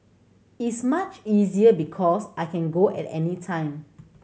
is much easier because I can go at any time